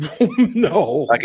no